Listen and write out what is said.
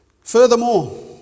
Furthermore